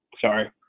sorry